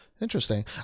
Interesting